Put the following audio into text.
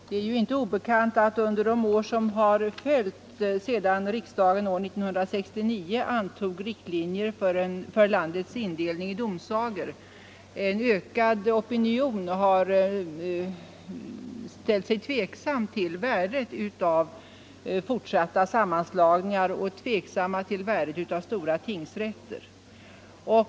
Herr talman! Under de år som gått sedan riksdagen år 1969 antog riktlinjer för landets indelning i domsagor har — det är ju inte obekant = en allt större opinion ställt sig tveksam till värdet av fortsatta sammanslagningar och stora tingsrätter.